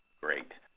great.